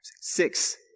six